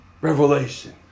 Revelation